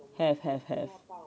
have have have